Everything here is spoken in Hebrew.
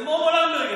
זה מומו למברגר.